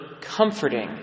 comforting